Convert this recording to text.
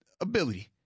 ability